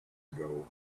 ago